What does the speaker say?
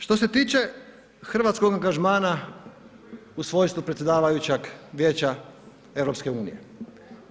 Što se tiče hrvatskog angažmana u svojstvu predsjedavajućeg Vijeća EU-a.